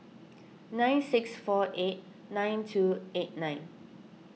nine six four eight nine two eight nine